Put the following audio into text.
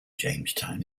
jamestown